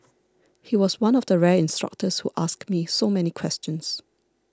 he was one of the rare instructors who asked me so many questions